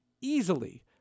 easily